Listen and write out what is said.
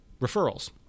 referrals